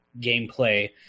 gameplay